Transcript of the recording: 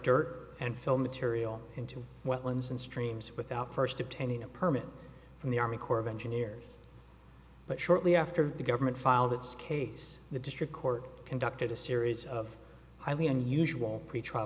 dirt and sell material into wetlands and streams without first obtaining a permit from the army corps of engineers but shortly after the government filed its case the district court conducted a series of highly unusual pretrial